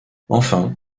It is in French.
enfin